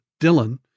Dylan